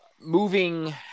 moving